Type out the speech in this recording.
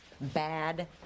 bad